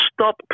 stop